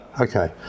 okay